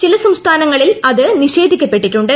ചില സംസ്ഥാനങ്ങളിൽ അത് നിഷേധിക്കപ്പെട്ടിട്ടുണ്ട്